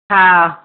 हा